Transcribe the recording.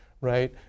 right